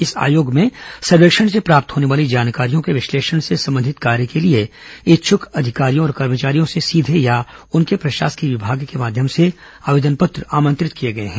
इस आयोग में सर्वेक्षण से प्राप्त होने वाली जानकारियों के विश्लेषण से संबंधित कार्य के लिए इच्छुक अधिकारियों और कर्मचारियों से सीधे या उनके प्रशासकीय विभाग के माध्यम से आवेदन पत्र आमंत्रित किए गए हैं